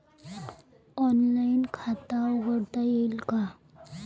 Online खाते उघडता येईल का?